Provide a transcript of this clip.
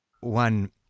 One